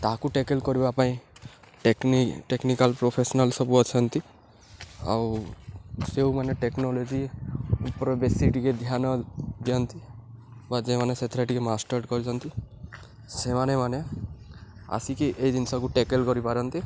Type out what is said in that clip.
ତାହାକୁ ଟ୍ୟାକେଲ୍ କରିବା ପାଇଁ ଟେକ୍ନିକାଲ୍ ପ୍ରଫେସନାଲ୍ ସବୁ ଅଛନ୍ତି ଆଉ ସେମାନେ ଟେକ୍ନୋଲୋଜି ଉପରେ ବେଶୀ ଟିକେ ଧ୍ୟାନ ଦିଅନ୍ତି ବା ଯେମାନେ ସେଥିରେ ଟିକେ ମାଷ୍ଟର୍ କରିଛନ୍ତି ସେମାନେ ମାନେ ଆସିକି ଏଇ ଜିନିଷକୁ ଟ୍ୟାକେଲ୍ କରିପାରନ୍ତି